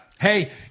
Hey